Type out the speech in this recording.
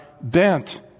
bent